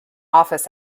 office